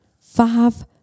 Five